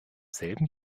selben